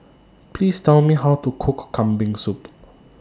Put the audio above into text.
Please Tell Me How to Cook Kambing Soup